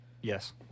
Yes